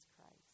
Christ